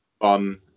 fun